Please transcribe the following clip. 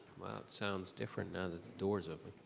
wow, it sounds different now that the door's open,